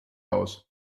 aus